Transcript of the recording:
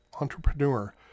entrepreneur